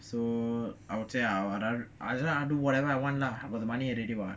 so I will say I just do whatever I want lah got the money already [what]